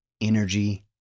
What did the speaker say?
energy